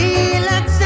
Relax